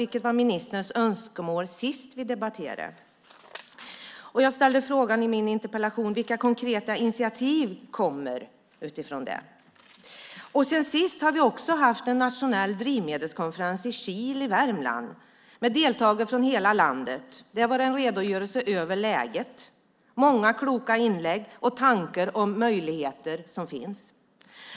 Det var ministerns önskemål när vi senast debatterade frågan. I min interpellation frågade jag vilka konkreta initiativ som kommer att tas utifrån det. Sedan sist har vi även haft en nationell drivmedelskonferens i Kil i Värmland med deltagare från hela landet. Det gavs en redogörelse av läget och gjordes många kloka inlägg om de möjligheter som finns.